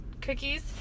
cookies